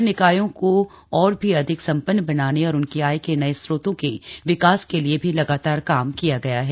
नगर निकायों को और भी अधिकार सम्पन्न बनाने और उनकी आय के नए स्रोतों के विकास के लिए भी लगातार काम किया गया है